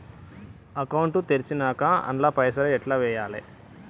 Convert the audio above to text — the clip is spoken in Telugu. అకౌంట్ తెరిచినాక అండ్ల పైసల్ ఎట్ల వేయాలే?